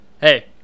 Hey